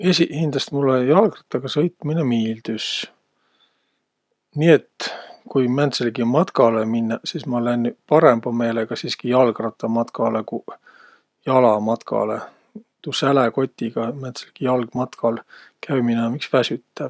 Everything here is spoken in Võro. Esiqhindäst mullõ jalgrattaga sõitminõ miildüs. Nii et ku määntselegi matkalõ minnäq, sis ma lännüq parõmba meelega siski jalgrattamatkalõ kuq jalamatkalõ. Tuu säläkotiga määntselgi jalgmatkal käümine um iks väsütäv.